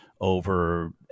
over